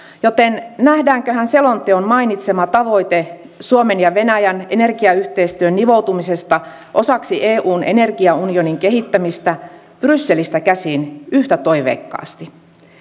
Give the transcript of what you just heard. joten nähdäänköhän selonteon mainitsema tavoite suomen ja venäjän energiayhteistyön nivoutumisesta osaksi eun energiaunionin kehittämistä brysselistä käsin yhtä toiveikkaasti